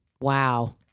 Wow